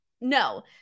no